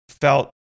felt